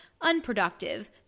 unproductive